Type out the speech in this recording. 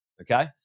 Okay